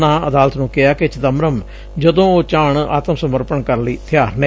ਉਨ੍ਹਾਂ ਅਦਾਲਤ ਨੂੰ ਕਿਹਾ ਕਿ ਚਿਦੰਬਰਮ ਜਦੋਂ ਉਹ ਚਾਹੁਣ ਆਤਮ ਸਮਰਪਣ ਕਰਨ ਲਈ ਤਿਆਰ ਨੇ